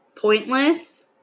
pointless